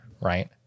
Right